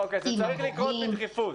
עם המורים,